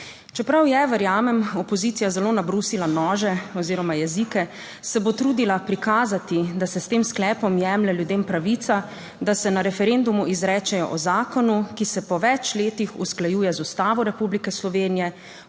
Čeprav je, verjamem, opozicija zelo nabrusila nože oziroma jezike, se bo trudila prikazati, da se s tem sklepom jemlje ljudem pravica, da se na referendumu izrečejo o zakonu, ki se po več letih usklajuje z Ustavo Republike Slovenije,